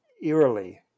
eerily